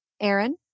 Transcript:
Aaron